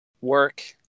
work